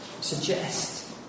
suggest